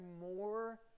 more